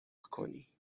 کنی